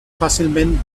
fàcilment